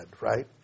right